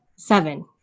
seven